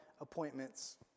appointments